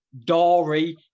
Dory